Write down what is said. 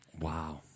Wow